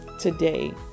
today